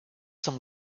some